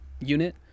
unit